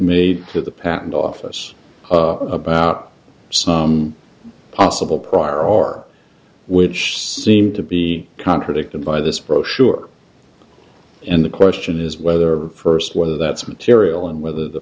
made to the patent office about some possible prior or which seemed to be contradicted by this brochure in the question is whether first whether that's material and whether the